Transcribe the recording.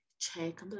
check